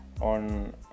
on